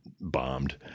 bombed